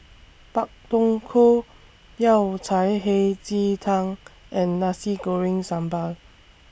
Pak Thong Ko Yao Cai Hei Ji Tang and Nasi Goreng Sambal